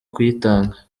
kuyitanga